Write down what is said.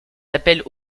appels